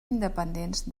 independents